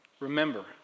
Remember